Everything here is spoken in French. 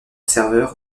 serveur